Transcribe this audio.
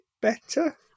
better